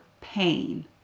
pain